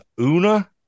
Una